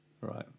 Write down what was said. right